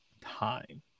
time